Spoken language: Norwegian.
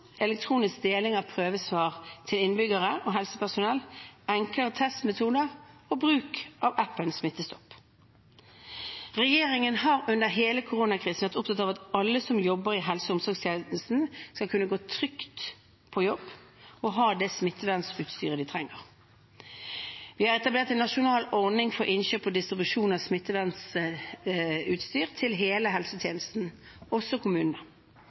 elektronisk deling av prøvesvar til innbyggere og helsepersonell, enklere testmetoder og bruk av appen Smittestopp. Regjeringen har under hele koronakrisen vært opptatt av at alle som jobber i helse- og omsorgstjenesten, skal kunne gå trygt på jobb og ha det smittevernutstyret de trenger. Vi har etablert en nasjonal ordning for innkjøp og distribusjon av smittevernutstyr til hele helsetjenesten, også kommunene.